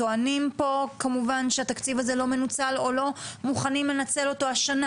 טוענים פה כמובן שהתקציב הזה לא מנוצל או לא מוכנים לנצל אותו השנה,